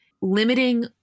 limiting